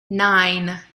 nine